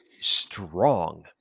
strong